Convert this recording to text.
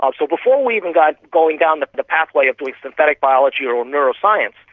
um so before we even got going down the but path way of doing synthetic biology or or neuroscience,